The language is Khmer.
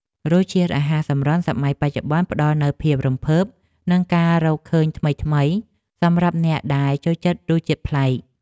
រសជាតិអាហារសម្រន់សម័យបច្ចុប្បន្នផ្តល់នូវភាពរំភើបនិងការរកឃើញថ្មីៗសម្រាប់អ្នកដែលចូលចិត្តរសជាតិប្លែក។